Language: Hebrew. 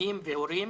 תלמידים והורים,